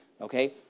Okay